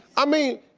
i mean,